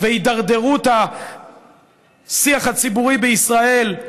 והידרדרות השיח הציבורי בישראל,